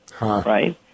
Right